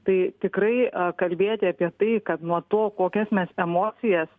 tai tikrai kalbėti apie tai kad nuo to kokias mes emocijas